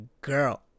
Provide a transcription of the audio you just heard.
girl